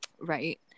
right